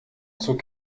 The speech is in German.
zur